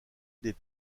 des